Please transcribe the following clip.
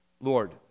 Lord